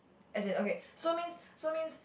as in okay so means so means